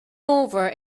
over